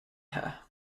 her